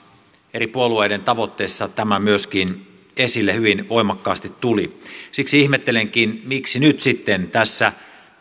eri puolueiden tavoitteissa tämä myöskin esille hyvin voimakkaasti tuli siksi ihmettelenkin miksi nyt sitten tässä